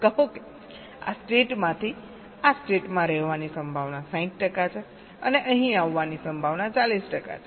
કહો કે આ સ્ટેટમાંથી આ સ્ટેટમાં રહેવાની સંભાવના 60 ટકા છે અને અહીં આવવાની સંભાવના 40 ટકા છે